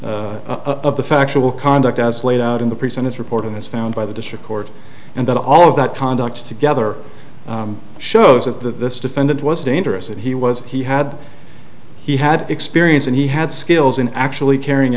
of the factual conduct as laid out in the present is reporting is found by the district court and that all of that conduct together shows that the defendant was dangerous and he was he had he had experience and he had skills in actually carrying